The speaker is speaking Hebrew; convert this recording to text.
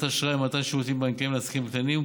אשראי ומתן שירותים בנקאיים לעסקים קטנים,